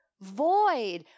Void